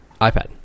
iPad